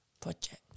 project